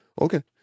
okay